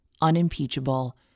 unimpeachable